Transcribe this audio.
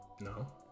No